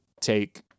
take